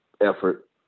effort